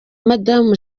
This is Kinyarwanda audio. madamu